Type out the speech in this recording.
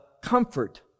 comfort